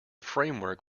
framework